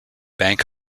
bank